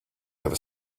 ever